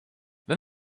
then